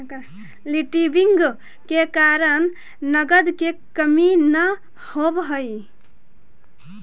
liquidity के कारण नगद के कमी न होवऽ हई